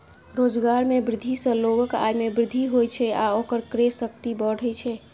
रोजगार मे वृद्धि सं लोगक आय मे वृद्धि होइ छै आ ओकर क्रय शक्ति बढ़ै छै